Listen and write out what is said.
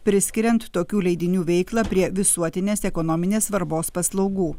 priskiriant tokių leidinių veiklą prie visuotinės ekonominės svarbos paslaugų